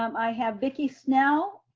um i have vicki snell.